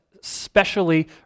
specially